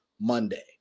Monday